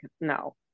no